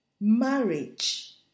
marriage